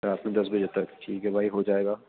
رات میں دس بجے تک ٹھیک ہے بھائی ہو جائے گا